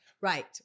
Right